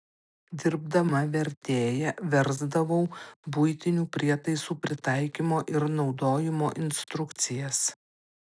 dirbdama vertėja versdavau buitinių prietaisų pritaikymo ir naudojimo instrukcijas